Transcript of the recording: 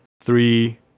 three